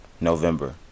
November